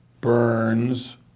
Burns